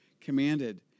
commanded